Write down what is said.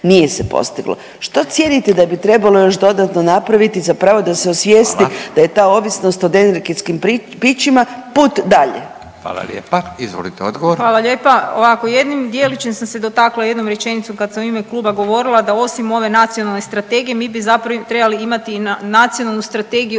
nije se postiglo, što cijenite da bi trebalo još dodatno napraviti zapravo …/Upadica Radin: Hvala./… da se osvijesti da je ta ovisnost o energetskim pićima put dalje? **Radin, Furio (Nezavisni)** Hvala lijepa. Izvolite odgovor. **Marić, Andreja (SDP)** Hvala lijepa. Ovako jednim djelićem sam se dotakla jednom rečenicom kad sam u ime kluba govorila da osim ove nacionalne strategije mi bi zapravo trebali imati i nacionalnu strategiju